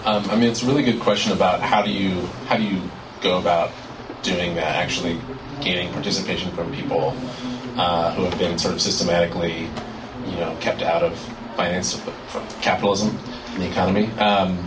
possible i mean it's really good question about how do you how do you go about doing that actually gaining participation from people who have been sort of systematically you know kept out of finance capitalism in the economy